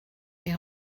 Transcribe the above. est